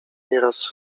nieraz